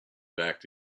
backed